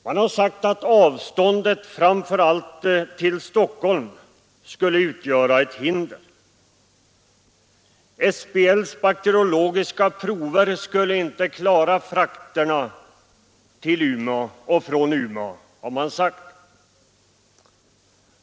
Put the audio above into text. Man har sagt att avståndet framför allt till Stockholm skulle utgöra ett hinder; SBL:s bakteriologiska prover skulle inte klara frakterna till och från Umeå.